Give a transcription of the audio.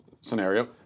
scenario